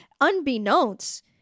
unbeknownst